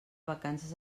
vacances